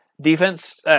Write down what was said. defense